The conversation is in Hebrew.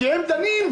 כי "הם דנים".